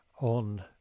on